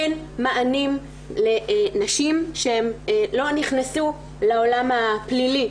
אין מענים לנשים שלא נכנסו לעולם הפלילי,